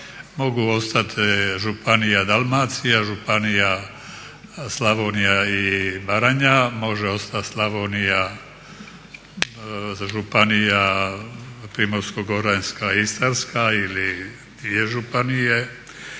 Mogu ostati županija Dalmacija, županija Slavonija i Baranja, može ostati županija Primorsko-goranska, Istarska ili dvije županije.